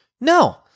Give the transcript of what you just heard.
No